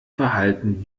verhalten